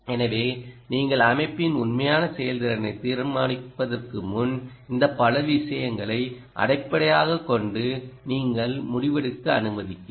எனவேநீங்கள் அமைப்பின் உண்மையான செயல்திறனை தீர்மானிப்பதற்கு முன் இந்த பல விஷயங்களை அடிப்படையாகக் கொண்டு நீங்களே முடிவெடுக்க அனுமதிக்கிறேன்